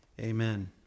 amen